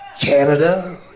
Canada